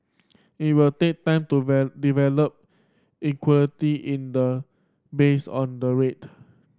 it will take time to develop liquidity in the based on the rate